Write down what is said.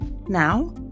Now